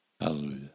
Hallelujah